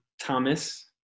Thomas